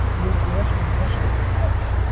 the the answer to the question is to hedge.